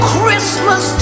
Christmas